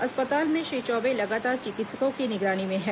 अस्पताल में श्री चौबे लगातार चिकित्सकों की निगरानी में है